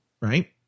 right